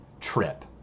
trip